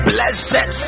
Blessed